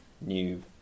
new